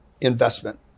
investment